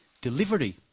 delivery